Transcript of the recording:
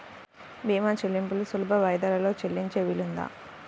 భీమా చెల్లింపులు సులభ వాయిదాలలో చెల్లించే వీలుందా?